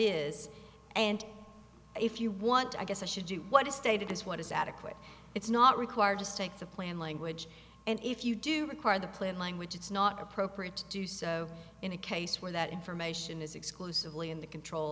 is and if you want i guess i should do what is stated as what is adequate it's not required to stick to plan language and if you do require the plain language it's not appropriate to do so in a case where that information is exclusively in the control